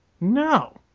No